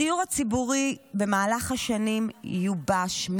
הדיור הציבורי במהלך השנים יובש,